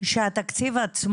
שקודם כל הדבר הזה